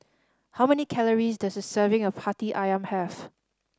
how many calories does a serving of Hati Ayam have